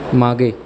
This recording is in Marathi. मागे